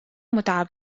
متعب